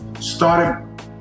started